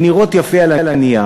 תוכניות שנראות יפה על הנייר,